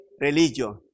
religion